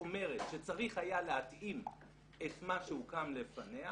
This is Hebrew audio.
שאומרת שצריך היה להתאים את מה שהוקם לפניה